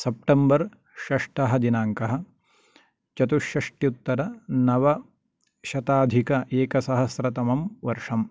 सप्टम्बर् षष्ठः दिनाङ्कः चतुष्षष्टुत्तर नवशताधिक एकसहस्रतमं वर्षम्